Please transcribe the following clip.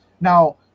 Now